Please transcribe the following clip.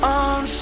on